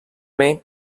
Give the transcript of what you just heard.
mate